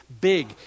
big